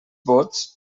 bots